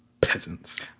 peasants